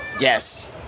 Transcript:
Yes